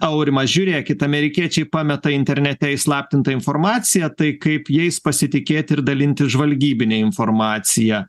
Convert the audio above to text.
aurima žiūrėkit amerikiečiai pameta internete įslaptintą informaciją tai kaip jais pasitikėti ir dalintis žvalgybine informacija